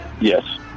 Yes